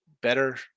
Better